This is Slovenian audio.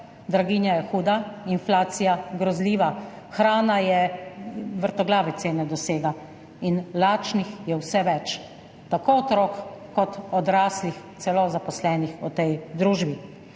Draginja je huda, inflacija grozljiva. Hrana dosega vrtoglave cene in lačnih je vse več, tako otrok kot odraslih, celo zaposlenih v tej družbi.